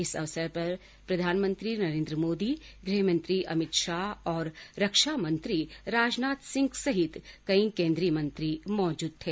इस अवसर पर प्रधानमंत्री नरेन्द्र मोदी गृह मंत्री अमित शाह और रक्षा मंत्री राजनाथ सिंह सहित कई केन्द्रीय मंत्री मौजूद थे